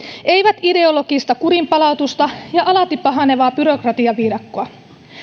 eivät ideologista kurinpalautusta ja alati pahenevaa byrokratiaviidakkoa